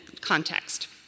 context